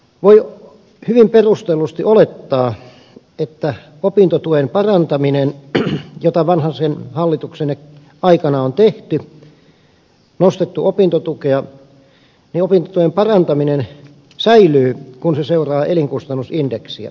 voi hyvin perustellusti olettaa että opintotuen parantaminen jota vanhasen hallituksen aikana on tehty kun opintotukea on nostettu säilyy kun se seuraa elinkustannusindeksiä